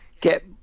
get